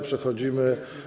Przechodzimy.